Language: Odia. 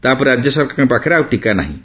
ତା'ପରେ ରାଜ୍ୟ ସରକାରଙ୍କ ପାଖରେ ଆଉ ଟିକା ନାହିଁ